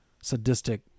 sadistic